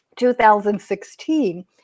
2016